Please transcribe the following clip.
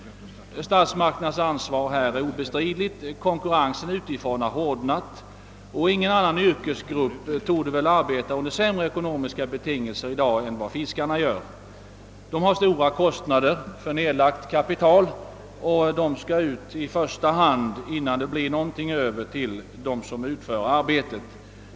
Statsmakternas ansvar i detta fall är obestridligt. Konkurrensen utifrån har hårdnat. Ingen annan yrkesgrupp torde i dag arbeta under sämre ekonomiska betingelser än fiskarna. De har stora kostnader för nedlagt kapital, och de kostnaderna måste först betalas innan det blir något över åt dem som utför arbetet.